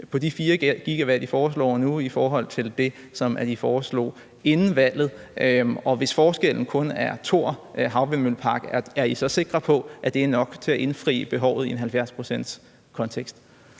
med de 4 GW, I foreslår nu, i forhold til det, som I foreslog inden valget? Og hvis forskellen kun er Thor havvindmøllepark, er I så sikre på, at det er nok til at indfri behovet i en 70-procentskontekst?